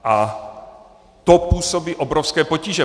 A to působí obrovské potíže.